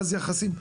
ואז יחסים.